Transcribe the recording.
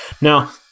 Now